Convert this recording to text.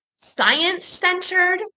science-centered